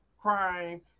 crime